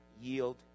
yield